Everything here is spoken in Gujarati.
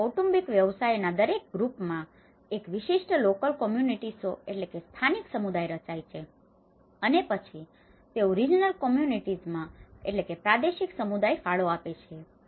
તેથી કૌટુંબિક વ્યવસાયોના દરેક ગ્રૂપમાં group જૂથ એક વિશિષ્ટ લોકલ કોમ્યુનિટીસો local communities સ્થાનિક સમુદાય રચાય છે અને પછી તેઓ રિજનલ કોમ્યુનિટીસમાં regional communities પ્રાદેશિક સમુદાય ફાળો આપે છે